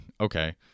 Okay